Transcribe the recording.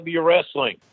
Wrestling